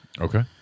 Okay